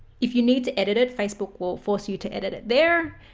if you need to edit it facebook will force you to edit it there.